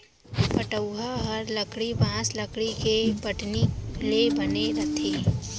पटउहॉं हर लकड़ी, बॉंस, लकड़ी के पटनी ले बने रथे